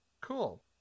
Cool